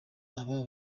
aba